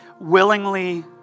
willingly